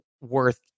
worth